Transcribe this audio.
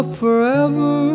forever